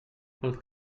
pel